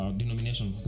denomination